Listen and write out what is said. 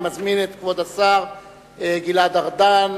אני מזמין את כבוד השר גלעד ארדן,